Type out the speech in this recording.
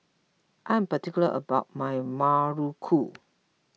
I'm particular about my Muruku